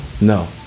no